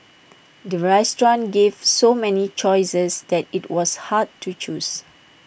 the restaurant gave so many choices that IT was hard to choose